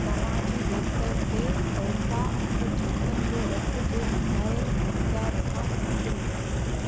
तव्हां जी वेबसाइट ते अल्फा अठ ज़ैतून जो रसु जे ॿुधायलु मक़दार खां घटि मिलियो